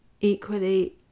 equally